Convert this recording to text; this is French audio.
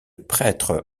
prêtre